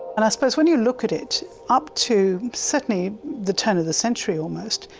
and i suppose when you look at it up to certainly the turn of the century almost,